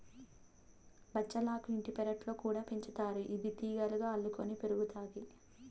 బచ్చలాకు ఇంటి పెరట్లో కూడా పెంచుతారు, ఇది తీగలుగా అల్లుకొని పెరుగుతాది